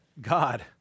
God